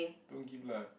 don't give lah